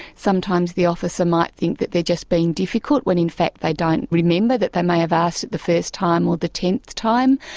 sometimes the officer might think that they're just being difficult when in fact they don't remember that they may have asked it the first time or the tenth time.